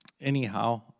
anyhow